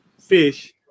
fish